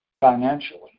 financially